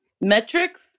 Metrics